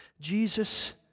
Jesus